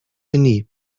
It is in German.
genie